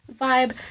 vibe